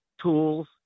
tools